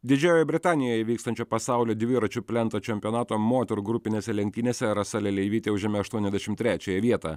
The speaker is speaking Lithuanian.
didžiojoje britanijoje vykstančio pasaulio dviračių plento čempionato moterų grupinėse lenktynėse rasa leleivytė užėmė aštuoniasdešim trečiąją vietą